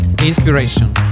inspiration